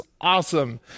awesome